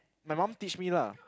my mum teach me lah